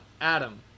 Adam